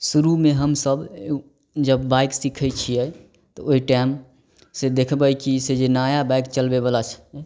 शुरू मे हमसभ जब बाइक सिखै छिए तऽ ओहि टाइम से देखबै कि से जे नया बाइक जे चलबैवला छथिन